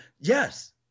yes